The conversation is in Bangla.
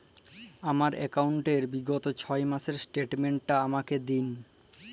আমার অ্যাকাউন্ট র বিগত ছয় মাসের স্টেটমেন্ট টা আমাকে দিন?